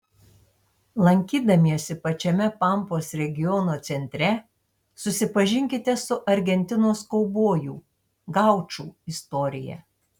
lankydamiesi pačiame pampos regiono centre susipažinkite su argentinos kaubojų gaučų istorija